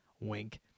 Wink